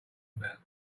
about